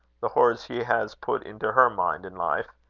the horrors he has put into her mind and life!